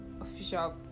official